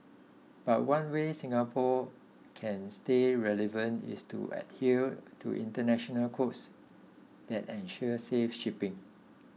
but one way Singapore can stay relevant is to adhere to international codes that ensure safe shipping